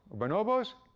bonobos,